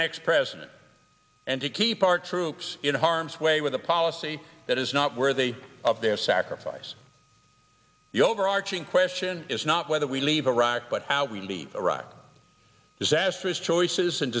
next president and to keep our troops in harm's way with a policy that is not worthy of their sacrifice the overarching question is not whether we leave iraq but how we leave iraq disastrous choices and